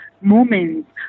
moments